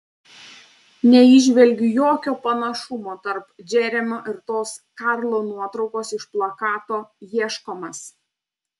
neįžvelgiu jokio panašumo tarp džeremio ir tos karlo nuotraukos iš plakato ieškomas